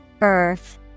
Earth